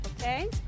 okay